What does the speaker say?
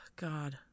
God